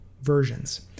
versions